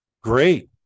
great